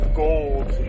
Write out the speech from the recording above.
gold